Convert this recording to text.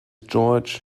georg